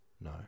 No